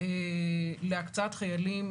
להקצאת חיילים,